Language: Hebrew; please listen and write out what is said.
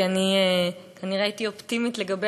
כי אני כנראה הייתי אופטימית לגבי